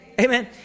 Amen